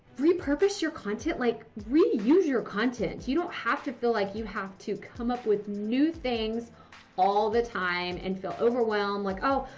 repurpose your content. like, reuse your content. you don't have to feel like you have to come up with new things all the time. and feel overwhelmed. like, oh,